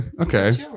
Okay